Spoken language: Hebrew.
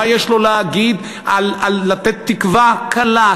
מה יש לו להגיד על לתת תקווה קלה,